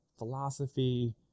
philosophy